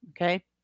okay